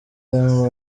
them